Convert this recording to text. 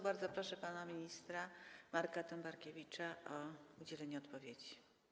Bardzo proszę pana ministra Marka Tombarkiewicza o udzielenie odpowiedzi.